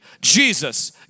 Jesus